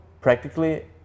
practically